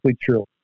true